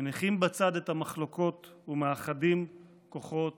מניחים בצד את המחלוקות ומאחדים כוחות